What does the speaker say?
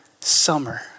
summer